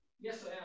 Yes